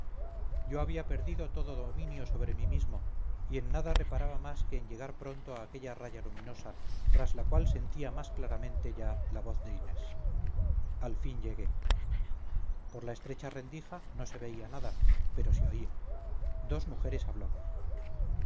yo había perdido todo dominio sobre mí mismo y en nada reparaba más que en llegar pronto a aquella raya luminosa tras la cual sentía más claramente ya la voz de inés al fin llegué por la estrecha rendija no se veía nada pero se oía dos mujeres hablaban